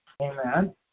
Amen